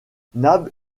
nab